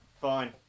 fine